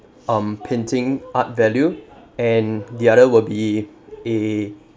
um painting art value and the other will be a